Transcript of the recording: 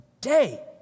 day